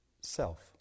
self